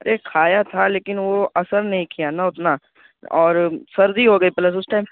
ارے کھایا تھا لیکن وہ اثر نہیں کیا نا اتنا اور سردی ہو گئی پلس اس ٹائم